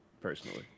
personally